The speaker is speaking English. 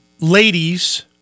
ladies